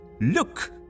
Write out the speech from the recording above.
look